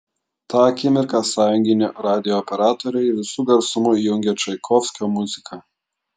tą akimirką sąjunginio radijo operatoriai visu garsumu įjungė čaikovskio muziką